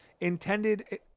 intended